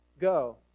Go